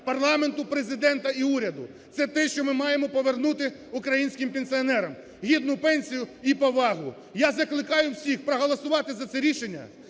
парламенту, Президенту і уряду, це те, що ми маємо повернути українським пенсіонерам – гідну пенсію і повагу. Я закликаю всіх проголосувати за це рішення